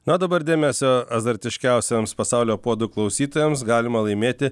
na o dabar dėmesio azartiškiausiems pasaulio puodų klausytojams galima laimėti